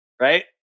right